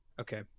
Okay